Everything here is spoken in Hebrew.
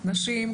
נשים,